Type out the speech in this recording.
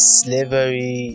slavery